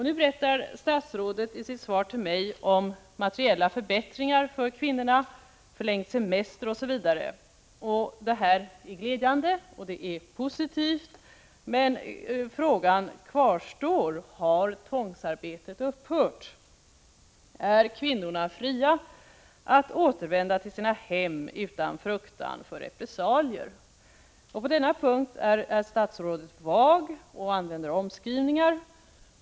Nu berättar statsrådet i sitt svar till mig om materiella förbättringar för kvinnorna, förlängd semester osv. Det är glädjande och positivt, men frågan kvarstår: Har tvångsarbetet upphört? Är kvinnorna fria att återvända till sina hem utan fruktan för repressalier? På denna punkt är statsrådet vag och använder omskrivningar.